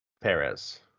Perez